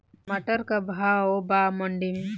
टमाटर का भाव बा मंडी मे?